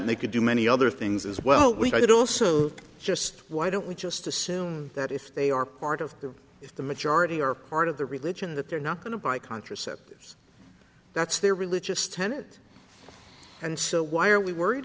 and they could do many other things as well we could also just why don't we just assume that if they are part of the if the majority are part of the religion that they're not going to buy contraceptives that's their religious tenet and so why are we worried